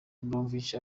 bromwich